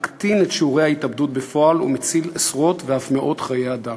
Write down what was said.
מקטין את שיעורי ההתאבדות בפועל ומציל עשרות ואף מאות חיי אדם.